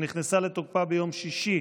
שנכנסה לתוקפה ביום שישי,